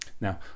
now